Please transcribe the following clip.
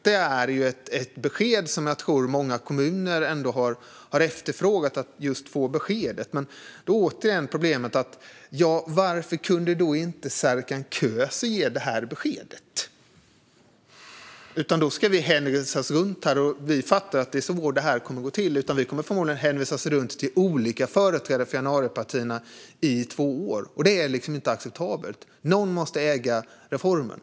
Det är ett besked som jag tror att många kommuner har efterfrågat. Men problemet är återigen: Varför kunde inte Serkan Köse ge det beskedet? Vi ska alltså hänvisas runt. Vi fattar att det är så det kommer att gå till. Vi kommer förmodligen att hänvisas runt till olika företrädare för januaripartierna under två år. Det är inte acceptabelt. Någon måste äga reformen.